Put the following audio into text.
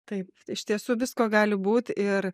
taip iš tiesų visko gali būt ir